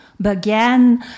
began